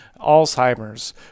Alzheimer's